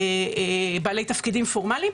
בעלי תפקידים פורמליים.